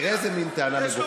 תראה איזה מין טענה מגוחכת.